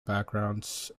backgrounds